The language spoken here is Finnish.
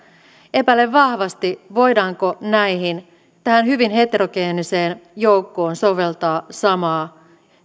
epäilen vahvasti voidaanko tähän hyvin heterogeeniseen joukkoon soveltaa samaa